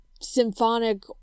symphonic